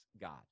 God